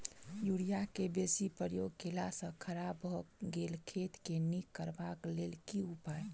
Urea केँ बेसी प्रयोग केला सऽ खराब भऽ गेल खेत केँ नीक करबाक लेल की उपाय?